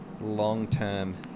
long-term